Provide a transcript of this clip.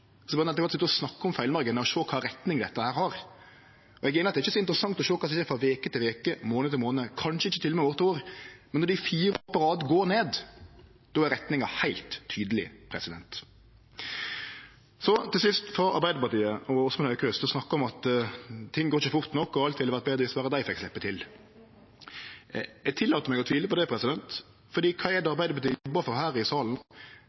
snakke om feilmarginar og sjå kva retning dette har. Eg synest ikkje det er interessant å sjå kva som skjer frå veke til veke, frå månad til månad, kanskje til og med ikkje frå år til år, men når dei fire år på rad går ned, då er retninga heilt tydeleg. Til sist til Arbeidarpartiet og Åsmund Aukrust, som snakka om at ting ikkje går fort nok, og at alt ville vore betre om berre dei fekk sleppe til. Eg tillèt meg å tvile på det, for kva er det Arbeidarpartiet har jobba for her i salen?